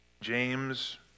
James